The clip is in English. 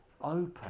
open